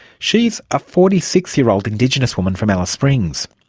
she is a forty six year old indigenous woman from alice springs.